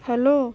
hello